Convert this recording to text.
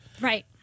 Right